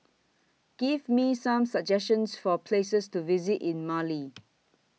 Give Me Some suggestions For Places to visit in Male